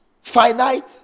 finite